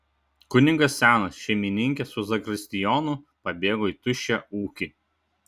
kunigas senas šeimininkė su zakristijonu pabėgo į tuščią ūkį